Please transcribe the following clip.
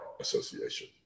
Association